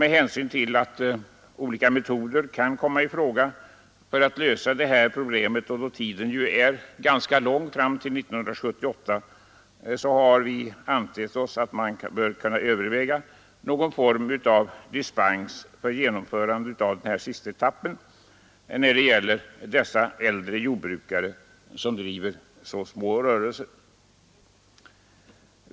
Med hänsyn till att olika metoder kan komma i fråga för att lösa detta problem och då det är lång tid till 1978 har vi ansett, att man bör överväga någon form av dispens för genomförande av sista etappen, när det gäller dessa äldre jordbrukare som driver små rörelser.